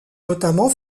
notamment